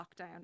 lockdown